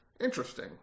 Interesting